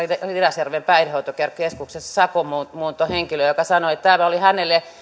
ridasjärven päihdehoitokeskuksessa sakonmuuntohenkilöön joka sanoi että tämä oli hänelle